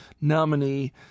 nominee